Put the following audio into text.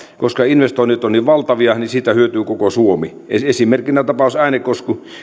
koska investoinnit ovat niin valtavia niin siitä hyötyy koko suomi esimerkkinä tapaus äänekoski